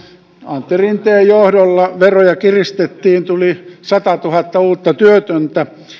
antti rinteen johdolla veroja kiristettiin tuli satatuhatta uutta työtöntä